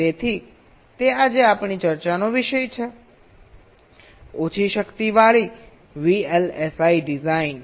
તેથી તે આજે આપણી ચર્ચાનો વિષય છે ઓછી શક્તિવાળી VLSI ડિઝાઇન